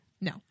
No